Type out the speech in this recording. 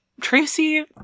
Tracy